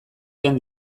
joan